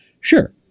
sure